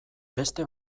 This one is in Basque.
beste